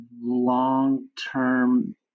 long-term